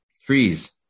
Trees